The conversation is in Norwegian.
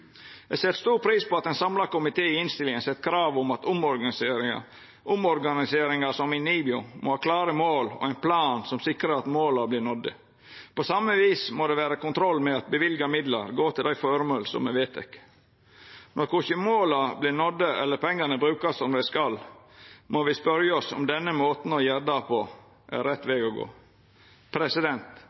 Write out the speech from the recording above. Eg set stor pris på at ein samla komité i innstillinga set krav om at omorganiseringar som i NIBIO må ha klare mål og ein plan som sikrar at måla vert nådde. På same vis må det vera kontroll med at løyvde midlar går til dei føremåla som er vedtekne. Når korkje måla vert nådde eller pengane brukte som dei skal, må me spørja oss om denne måten å gjera det på, er rett veg å gå.